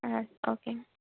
ஆ ஓகேங்க